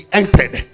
entered